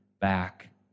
back